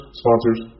sponsors